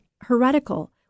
heretical